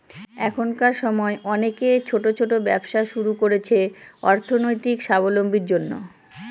এখনকার সময় অনেকে ছোট ছোট ব্যবসা শুরু করছে অর্থনৈতিক সাবলম্বীর জন্য